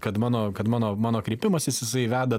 kad mano kad mano mano kreipimasis jisai veda